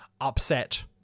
upset